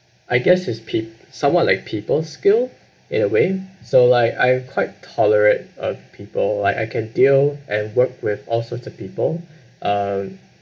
I guess it's peop~ somewhat like people skill in a way so like I quite tolerate of people like I can deal and work with all sorts of people um